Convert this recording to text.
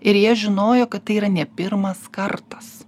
ir jie žinojo kad tai yra ne pirmas kartas